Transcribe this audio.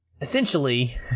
Essentially